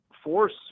force